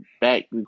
back